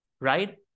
Right